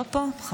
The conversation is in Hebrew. לא פה?